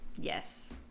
Yes